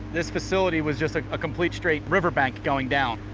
this facility was just like a complete straight riverbank going down.